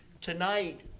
Tonight